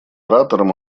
оратором